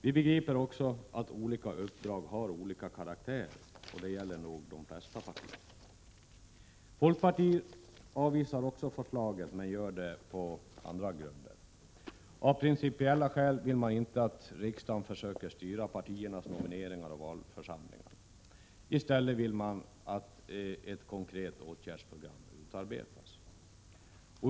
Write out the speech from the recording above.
Vi begriper också att olika uppdrag har olika karaktär, och det gäller nog de flesta partier. Folkpartiet avvisar också förslaget men gör det på andra grunder. Av principiella skäl vill man inte att riksdagen försöker styra partiernas nomineringar och valförsamlingarna. I stället vill man att ett konkret åtgärdsprogram utarbetas.